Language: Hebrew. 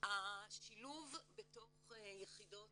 השילוב בתוך יחידות